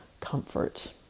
comfort